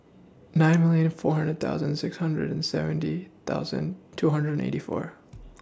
nine million four hundred thousand six hundred and seventy thousand two hundred and eighty four